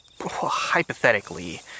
hypothetically